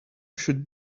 should